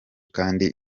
kandi